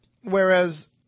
whereas